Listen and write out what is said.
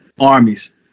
armies